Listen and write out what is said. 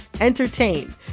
entertain